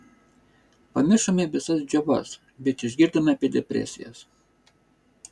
pamiršome visas džiovas bet išgirdome apie depresijas